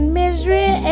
misery